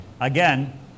Again